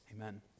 Amen